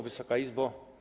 Wysoka Izbo!